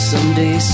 Someday